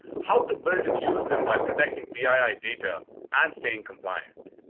how to build and use them while protecting the ai data and staying compliant.